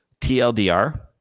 TLDR